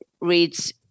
reads